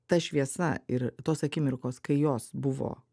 ta šviesa ir tos akimirkos kai jos buvo